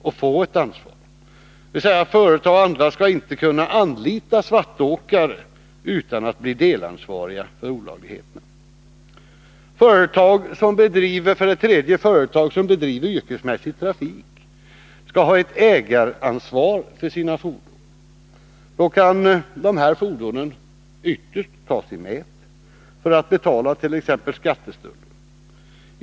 Företag och andra skall med andra ord inte kunna anlita svartåkare utan att bli delansvariga för olagligheterna. För det tredje föreslås att företag som bedriver yrkesmässig trafik skall ha ett ägaransvar för sina fordon. Dessa kan då ytterst tas i mät för att betala t. ex skatteskulder.